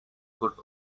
could